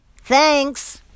Thanks